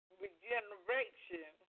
regeneration